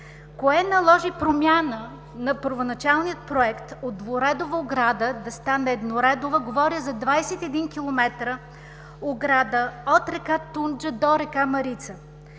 Кое наложи промяна на първоначалния проект от двуредова оградата да стане едноредова? Говоря за 21 километра ограда от река Тунджа до река Марица.